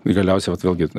galiausiai vat vėlgi